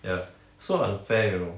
ya so unfair you know